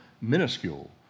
minuscule